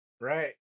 Right